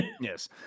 Yes